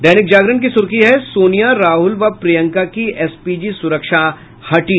दैनिक जागरण की सुर्खी है सोनिया राहुल व प्रियंका की एसपीजी सुरक्षा हटी